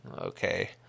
Okay